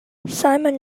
simon